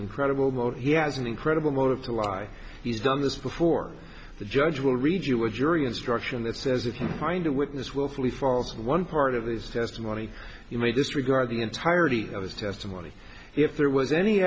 incredible moat he has an incredible motive to lie he's done this before the judge will read you a jury instruction that says if you find a witness willfully false in one part of his testimony you may disregard the entirety of his testimony if there was any